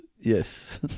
Yes